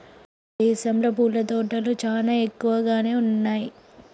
మన దేసంలో పూల తోటలు చానా ఎక్కువగానే ఉన్నయ్యి